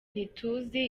ntituzi